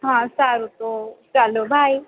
હાં સારું તો ચાલો બાય